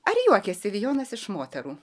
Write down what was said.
ar juokiasi vijonas iš moterų